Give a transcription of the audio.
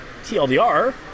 TLDR